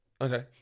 Okay